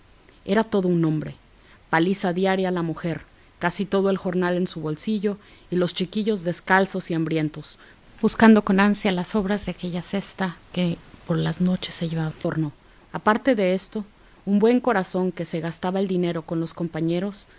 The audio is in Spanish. era todo un hombre paliza diaria a la mujer casi todo el jornal en su bolsillo y los chiquillos descalzos y hambrientos buscando con ansia las sobras de la cena de aquella cesta que por las noches se llevaba al horno aparte de esto un buen corazón que se gastaba el dinero con los compañeros